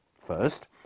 First